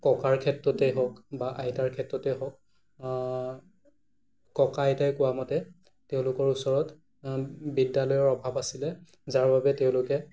ককাৰ ক্ষেত্ৰতেই হওক বা আইতাৰ ক্ষেত্ৰতেই হওক ককা আইতাই কোৱা মতে তেওঁলোকৰ ওচৰত বিদ্যালয়ৰ অভাৱ আছিলে যাৰ বাবে তেওঁলোকে